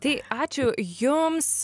tai ačiū jums